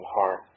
heart